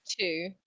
two